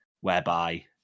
whereby